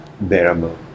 bearable